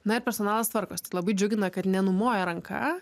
na ir personalas tvarkosi tai labai džiugina kad nenumoja ranka